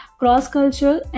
cross-cultural